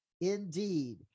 Indeed